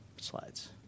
slides